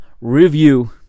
review